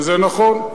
וזה נכון.